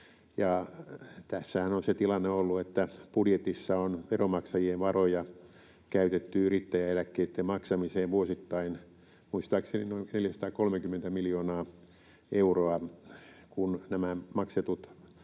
tässähän on se tilanne ollut, että budjetissa on veronmaksajien varoja käytetty yrittäjäeläkkeitten maksamiseen vuosittain muistaakseni noin 430 miljoonaa euroa, kun nämä maksetut vakuutusmaksut